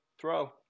throw